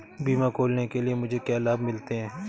बीमा खोलने के लिए मुझे क्या लाभ मिलते हैं?